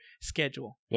schedule